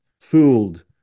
fooled